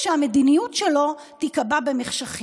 המדיניות שלו על נושא כל כך חשוב תיקבע במחשכים.